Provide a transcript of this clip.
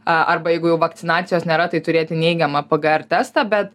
arba jeigu jau vakcinacijos nėra tai turėti neigiamą pgr testą bet